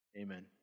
amen